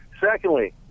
Secondly